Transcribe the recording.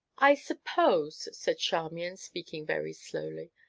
i suppose, said charmian, speaking very slowly,